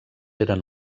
eren